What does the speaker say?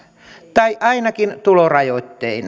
tai ainakin tulorajoitteiset